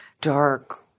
dark